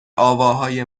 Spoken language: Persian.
آواهای